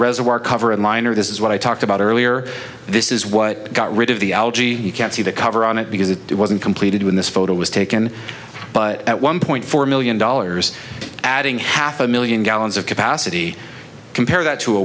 reservoir cover and liner this is what i talked about earlier this is what got rid of the algae you can't see the cover on it because it wasn't completed when this photo was taken but at one point four million dollars adding half a million gallons of capacity compare that to a